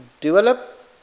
develop